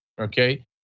okay